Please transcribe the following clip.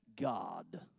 God